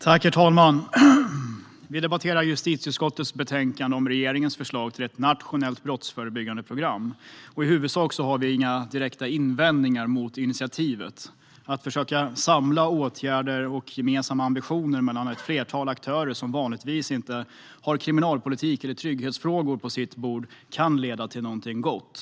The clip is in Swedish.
Herr talman! Vi debatterar justitieutskottets betänkande om regeringens förslag till ett nationellt brottsförebyggande program. I huvudsak har Sverigedemokraterna inga direkta invändningar mot initiativet. Att försöka samla åtgärder och gemensamma ambitioner hos ett flertal aktörer som vanligtvis inte har kriminalpolitik eller trygghetsfrågor på sitt bord kan leda till någonting gott.